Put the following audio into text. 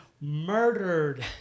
murdered